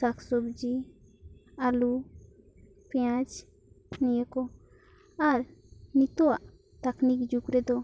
ᱥᱟᱜᱽ ᱥᱚᱵᱡᱤ ᱟᱹᱞᱩ ᱯᱮᱭᱟᱡᱽ ᱱᱤᱭᱟᱹ ᱠᱚ ᱟᱨ ᱱᱤᱛᱚᱜᱼᱟᱜ ᱴᱮᱠᱱᱤᱠ ᱡᱩᱜᱽ ᱨᱮᱫᱚ